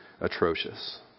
atrocious